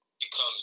becomes